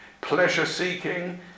pleasure-seeking